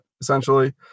essentially